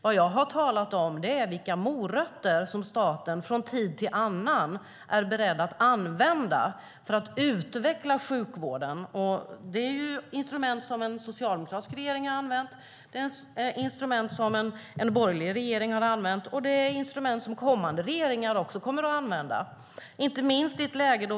Det jag talat om är vilka morötter som staten från tid till annan är beredd att använda för att utveckla sjukvården. Det är instrument som både socialdemokratiska och borgerliga regeringar har använt. Det är instrument som också kommande regeringar kommer att använda.